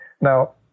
Now